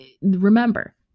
remember